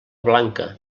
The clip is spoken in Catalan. blanca